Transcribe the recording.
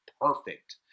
perfect